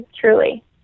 truly